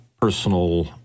personal